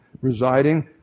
residing